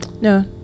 No